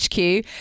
HQ